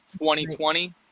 2020